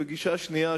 וגישה שנייה,